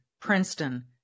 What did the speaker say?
Princeton